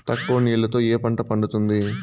తక్కువ నీళ్లతో ఏ పంట పండుతుంది?